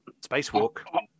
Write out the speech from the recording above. Spacewalk